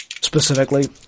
specifically